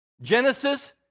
Genesis